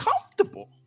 comfortable